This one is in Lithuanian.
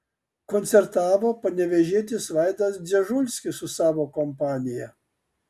koncertavo panevėžietis vaidas dzežulskis su savo kompanija